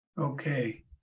Okay